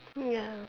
ya